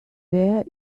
there